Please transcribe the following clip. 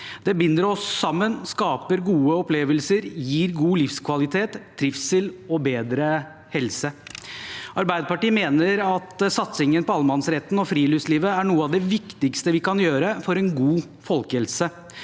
Det binder oss sammen, skaper gode opplevelser og gir god livskvalitet, trivsel og bedre helse. Arbeiderpartiet mener at satsingen på allemannsretten og friluftslivet er noe av det viktigste vi kan gjøre for en god folkehelse.